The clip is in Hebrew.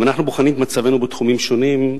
אם אנחנו בוחנים את מצבנו בתחומים שונים,